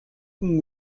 хүн